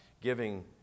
giving